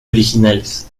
originales